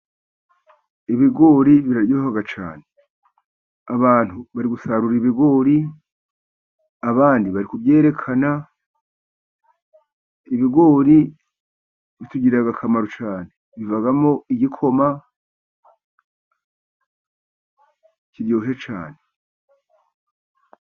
Ibigori biraryoha cyane. Abantu bari gusarura ibigori, abandi bari kubyerekana, ibigori bitugirira akamaro cyane. Bivamo igikoma kiryoshye cyane.